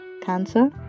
cancer